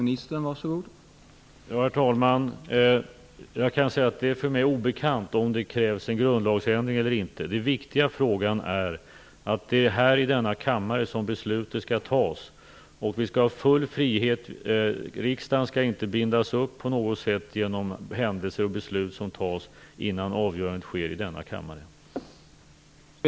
Herr talman! Det är för mig obekant om det krävs en grundlagsändring eller inte. Det viktiga i frågan är att det är här i denna kammare som beslut skall tas. Riksdagen skall inte bindas upp på något sätt genom händelser eller genom beslut som tas innan avgörande sker i denna kammare.